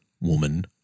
woman